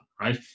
right